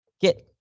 get